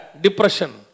depression